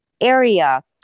area